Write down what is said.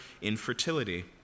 infertility